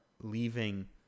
leaving